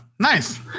Nice